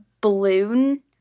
balloon